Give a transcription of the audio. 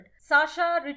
Sasha